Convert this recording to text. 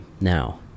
now